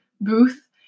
booth